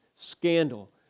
scandal